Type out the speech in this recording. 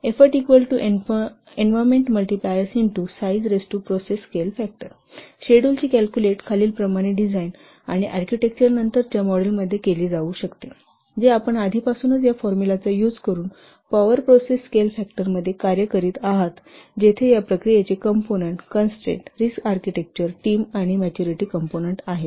Effort size design आणि architecture नंतरच्या मॉडेलमध्ये खालीलप्रमाणे शेड्यूलची कॅल्कुलेट केली जाऊ शकते जे आपण आधीपासूनच या फॉर्म्युलाचा यूज करून पॉवर प्रोसेस स्केल फॅक्टरमध्ये कार्य करीत आहात जेथे या प्रक्रियेचे component constraint risk architecture team आणि मॅच्युरिटी कंपोनंन्ट आहे